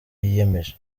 yiyemeje